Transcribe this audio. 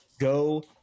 go